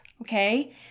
okay